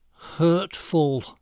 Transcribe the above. hurtful